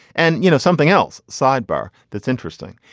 and you know something else? sidebar. that's interesting.